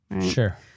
Sure